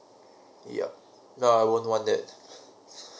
yup no I won't want that